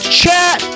chat